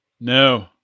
No